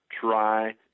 try